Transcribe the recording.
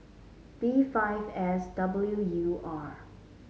B five S W U R